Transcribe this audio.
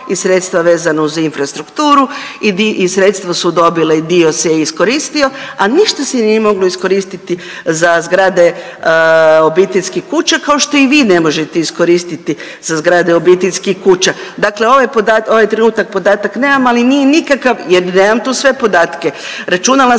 i sredstva vezano za infrastrukturu i sredstva su dobili, dio se je iskoristio, a ništa se nije moglo iskoristiti za zgrade obiteljskih kuća, kao što i vi ne možete iskoristiti za zgade obiteljskih kuća. Dakle ovaj trenutak podatak nemam, ali nije nekakav jer nemam tu sve podatke, računala